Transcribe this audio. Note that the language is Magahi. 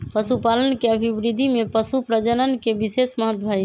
पशुपालन के अभिवृद्धि में पशुप्रजनन के विशेष महत्त्व हई